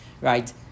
right